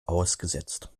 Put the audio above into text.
ausgesetzt